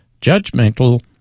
judgmental